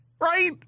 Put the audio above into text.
Right